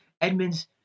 Edmonds